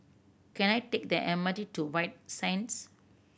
can I take the M R T to White Sands